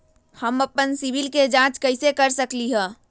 हम अपन सिबिल के जाँच कइसे कर सकली ह?